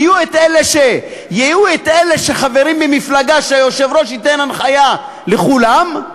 ויהיו אלה שחברים במפלגה שהיושב-ראש ייתן הנחיה לכולם,